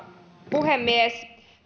puhemies